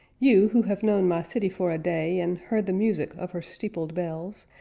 you who have known my city for a day and heard the music of her steepled bells,